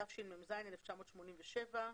התשמ"ז-1987.